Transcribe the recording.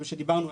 כפי שדיברנו,